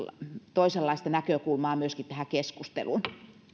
toisenlaista näkökulmaa myöskin tähän keskusteluun